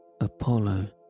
Apollo